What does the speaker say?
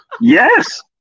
Yes